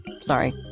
Sorry